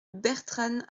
bertranne